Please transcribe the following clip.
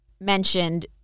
mentioned